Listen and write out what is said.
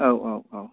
औ औ औ